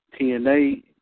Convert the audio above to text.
TNA